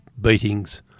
beatings